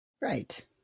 Right